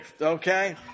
okay